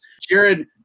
Jared